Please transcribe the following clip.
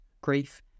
grief